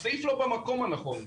הסעיף לא במקום הנכון.